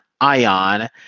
Ion